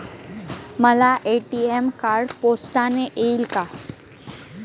मला ATM card पोस्टाने येईल का?